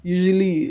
Usually